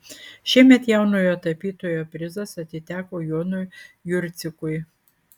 šiemet jaunojo tapytojo prizas atiteko jonui jurcikui